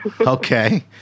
Okay